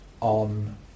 on